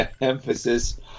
emphasis